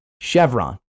Chevron